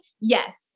Yes